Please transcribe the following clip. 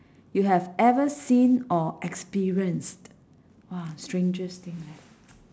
you have ever seen or experienced !wah! strangest thing leh